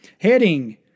Heading